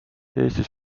eesti